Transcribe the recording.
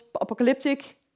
apocalyptic